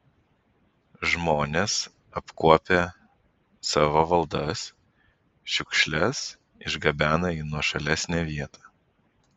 žmonės apkuopę savo valdas šiukšles išgabena į nuošalesnę vietą